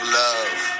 love